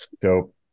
dope